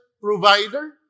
provider